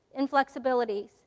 inflexibilities